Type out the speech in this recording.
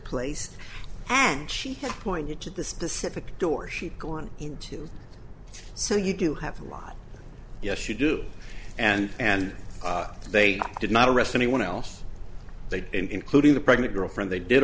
place and she had pointed to the specific door she'd gone into so you do have a lot yes you do and they did not arrest anyone else they including the pregnant girlfriend they did